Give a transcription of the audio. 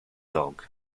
dog